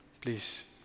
Please